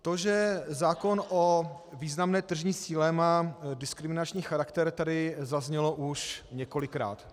To, že zákon o významné tržní síle má diskriminační charakter, tady zaznělo už několikrát.